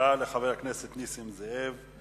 תודה לחבר הכנסת נסים זאב.